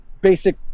basic